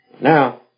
Now